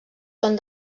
són